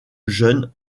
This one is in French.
jeunes